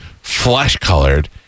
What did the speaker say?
flesh-colored